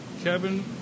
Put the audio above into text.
Kevin